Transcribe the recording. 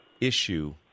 issue